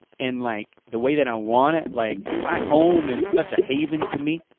and like the way that i want it. like my home is such a haven to me.